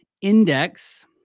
index